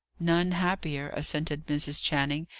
none happier, assented mrs. channing,